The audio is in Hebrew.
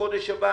בחודש הבא,